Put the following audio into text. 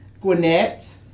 Gwinnett